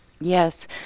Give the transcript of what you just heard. Yes